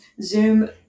Zoom